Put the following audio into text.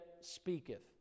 speaketh